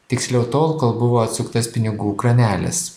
tiksliau tol kol buvo atsuktas pinigų kranelis